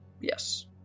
Yes